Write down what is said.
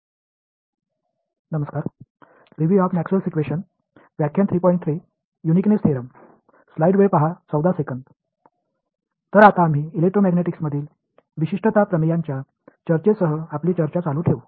तर आता आम्ही इलेक्ट्रोमॅग्नेटिक्समधील विशिष्टता प्रमेयांच्या चर्चेसह आपली चर्चा चालू ठेवू